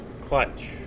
Clutch